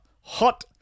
Hot